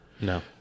no